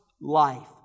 life